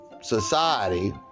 society